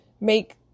make